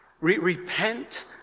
repent